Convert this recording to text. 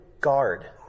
guard